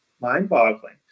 mind-boggling